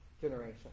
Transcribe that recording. generation